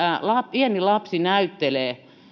pieni lapsi näyttelee